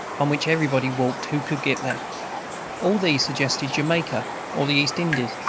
on which everybody walked who could get there all these suggested jamaica or the east indies.